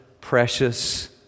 precious